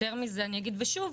יותר מזה אני אגיד ושוב,